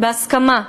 בהסכמה,